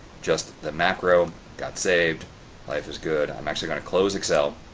just the macro got saved life is good. i'm actually going to close excel.